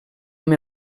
amb